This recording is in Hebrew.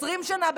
20 שנה,